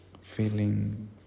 feeling